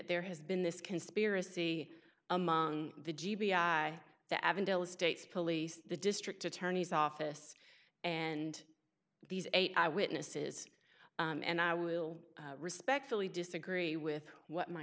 there has been this conspiracy among the g b i the avondale estates police the district attorney's office and these eight eyewitnesses and i will respectfully disagree with what my